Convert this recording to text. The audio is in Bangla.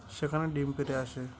সেখানে ডিম পেড়ে আসে